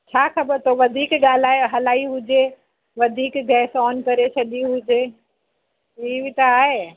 छा ख़बर थो वधीक ॻाल्हाए हलाई हुजे वधीक गैस ऑन करे छॾी हुजे ई बि त आहे